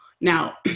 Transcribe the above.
Now